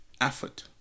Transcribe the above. effort